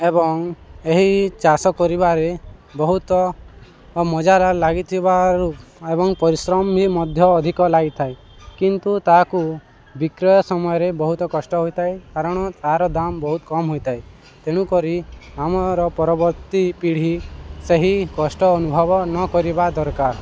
ଏବଂ ଏହି ଚାଷ କରିବାରେ ବହୁତ ମଜାରା ଲାଗିଥିବାରୁ ଏବଂ ପରିଶ୍ରମ ବି ମଧ୍ୟ ଅଧିକ ଲାଗିଥାଏ କିନ୍ତୁ ତାହାକୁ ବିକ୍ରୟ ସମୟରେ ବହୁତ କଷ୍ଟ ହୋଇଥାଏ କାରଣ ତା'ର ଦାମ ବହୁତ କମ୍ ହୋଇଥାଏ ତେଣୁ କରି ଆମର ପରବର୍ତ୍ତୀ ପିଢ଼ି ସେହି କଷ୍ଟ ଅନୁଭବ ନ କରିବା ଦରକାର